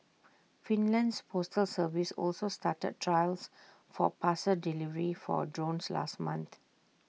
Finland's postal service also started trials for parcel delivery for drones last month